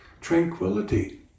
Tranquility